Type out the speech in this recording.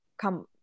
come